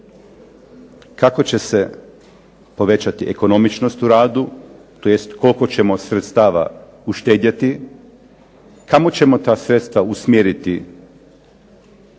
kako će se povećati ekonomičnost u radu tj. koliko ćemo sredstava uštedjeti, kamo ćemo ta sredstva usmjeriti